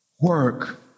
work